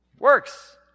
Works